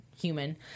human